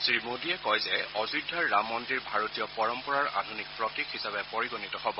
শ্ৰীমোডীয়ে কয় যে অযোধ্যাৰ ৰাম মন্দিৰ ভাৰতীয় পৰম্পৰাৰ আধুনিক প্ৰতীক হিচাপে পৰিগণিত হ'ব